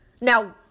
Now